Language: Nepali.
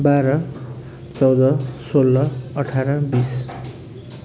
बाह्र चौध सोह्र अठार बिस